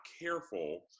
careful –